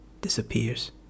disappears